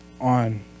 on